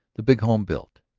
the big home built.